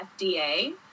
FDA